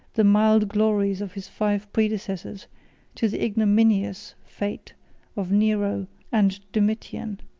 the mild glories of his five predecessors to the ignominious fate of nero and domitian.